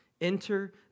enter